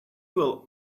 will